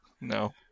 No